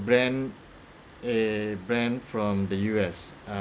brand a brand from the U_S uh